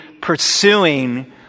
pursuing